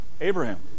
Abraham